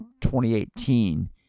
2018